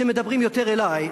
שמדברים יותר אלי.